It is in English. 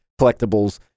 collectibles